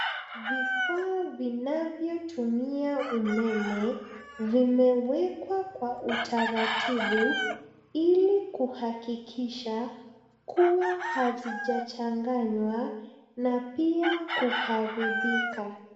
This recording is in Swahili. Vifaa vinavyotumia umeme, vimewekwa kwa utaratibu ili kuhakikisha kuwa hazijachanganywa na pia kuharibika.